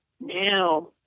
now